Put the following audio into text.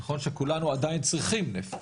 נכון שכולנו עדיין צריכים נפט,